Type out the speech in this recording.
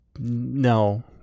No